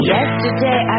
Yesterday